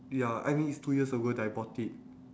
ya I mean it's two years ago that I bought it